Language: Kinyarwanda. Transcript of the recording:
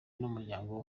n’umuryango